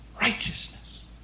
righteousness